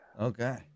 Okay